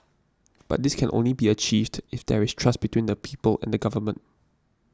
but this can only be achieved if there is trust between the people and the government